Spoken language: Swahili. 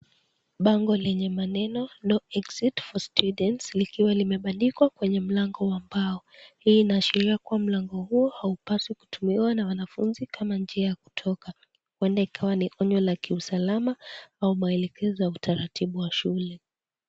Bango lenye maneo no exit for students likiwa limebandikwa kwenye mlango wa mbao hii, inaashiria kuwa mlango huo haupaswi kutumiwa na wanafunzi kama njia ya kutoka huenda ikawa ni onyo la usalama au maelekezo ya utaratibu wa shule.